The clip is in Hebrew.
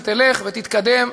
שתלך ותתקדם,